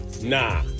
Nah